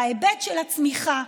בהיבט של הצמיחה,